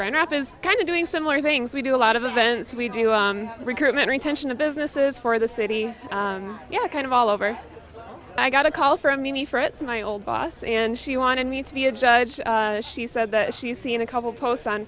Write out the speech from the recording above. grand rapids kind of doing similar things we do a lot of events we do a recruitment retention of businesses for the city yeah kind of all over i got a call from uni for it's my old boss and she wanted me to be a judge she said she's seen a couple posts on